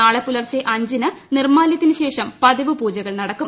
നാളെ പുലർച്ചെ അഞ്ചിന് നിർമാല്യത്തിന് ശേഷം പതിവ് പൂജകൂൾ നടക്കും